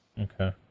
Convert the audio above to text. Okay